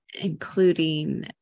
including